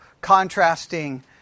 contrasting